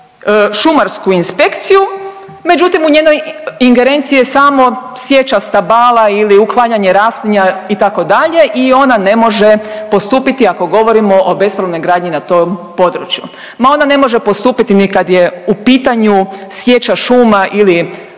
šumarsku inspekciju, međutim u njenoj ingerenciji je samo sječa stabala ili uklanjanje raslinja itd. i ona ne može postupiti ako govorimo o bespravnoj gradnji na tom području, ma ona ne može postupiti ni kada je u pitanju sječa šuma ili